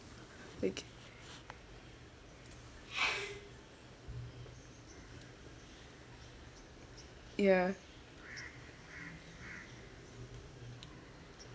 like yah